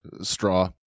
straw